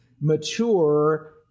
mature